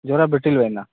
ಜ್ವರ ಬಿಟ್ಟಿಲ್ಲವಾ ಇನ್ನೂ